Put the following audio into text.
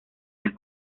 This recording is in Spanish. las